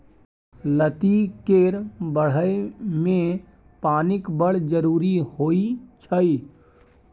लत्ती केर बढ़य मे पानिक बड़ जरुरी होइ छै